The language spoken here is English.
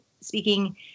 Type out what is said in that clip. speaking